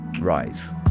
rise